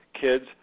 kids